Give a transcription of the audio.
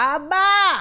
Abba